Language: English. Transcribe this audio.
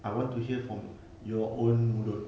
I want to hear from your own mulut